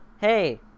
hey